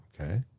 Okay